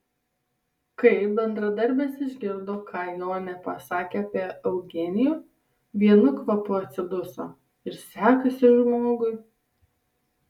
kai bendradarbės išgirdo ką jonė pasakė apie eugenijų vienu kvapu atsiduso ir sekasi žmogui